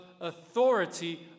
authority